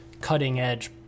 cutting-edge